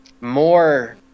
more